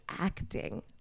acting